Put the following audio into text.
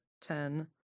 ten